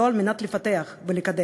לא על מנת לפתח ולקדם.